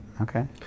Okay